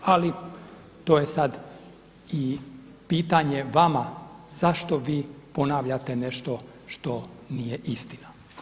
Ali to je sad i pitanje vama zašto vi ponavljate nešto što nije istina.